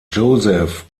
joseph